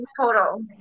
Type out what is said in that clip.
total